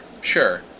sure